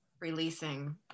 releasing